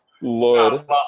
Lord